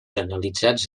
analitzats